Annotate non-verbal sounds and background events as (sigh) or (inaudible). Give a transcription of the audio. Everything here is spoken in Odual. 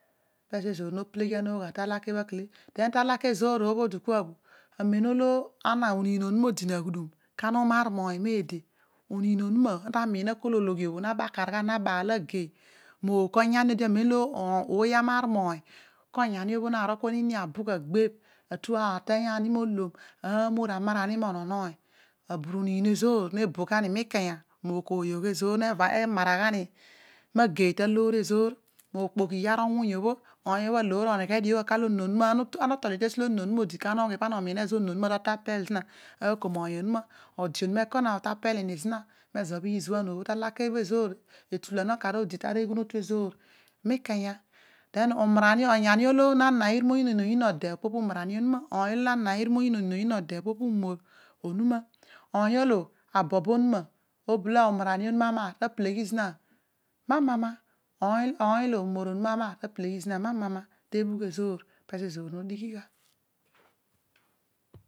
Pezo ezoor no peleghian gha talake pake le, den ta laka ezoor obha odi laus bho gren olo onin onuna odi na aghudum lasina imar meede mouny uniin onuña, ada, anatamiin akoz ologhi obho na kar na baal agei mo ouko onyani odi amen olo amar onyani obho moony po da rol kua nini a bugh a gbebh enter ateeng in, moelom. camor amar po ani moony, onon oony aburu niin ezoor me bọ gha magei, kanya mo ookooyogh ezoor nemaraghan, magei talver ezoor mokpooghii awuny obho, oony olo aloor oneghe aru kar olo ana otolio te esi olo oniin unuma odi ughi pa ana omiin oniin ta tu apel zina moony onuma ode onuma ekona tapelini zina meezo izuan obho ta lake bho etulan okar ebha czoor odi mita rughunotu ezoor mikanya idem umcorani unyami ulo na na bre mo oyiin oniin ongiin ode den opo bho pu umarani onuma, oony opo abho ana uru mo oyiin oniin oyiin ode bho pu umor onuma oony olo abobo onuma obolo umarani onuma amar ta peleghi zina ma, mama oony oony, olo oony umoor umor unuma amar ta peleghi zina ma, mame ta bhugh ezoor pezo ezoor nodighigha (noise)